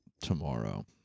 tomorrow